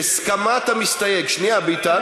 בהסכמת המסתייג" שנייה, ביטן.